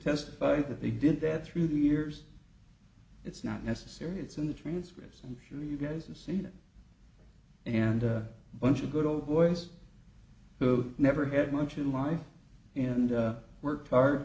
testified that they did that through the years it's not necessary it's in the transcripts and sure you guys have seen it and bunch of good old boys who never had much in life and worked hard